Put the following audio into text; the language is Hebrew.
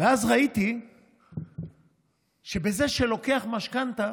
ואז ראיתי שזה שלוקח משכנתה